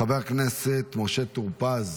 חבר הכנסת משה טור פז,